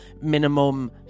minimum